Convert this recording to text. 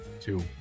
two